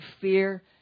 fear